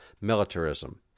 militarism